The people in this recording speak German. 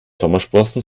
sommersprossen